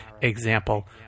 example